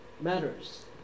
matters